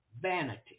Vanity